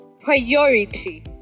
priority